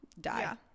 die